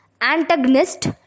Antagonist